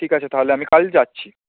ঠিক আছে তাহলে আমি কাল যাচ্ছি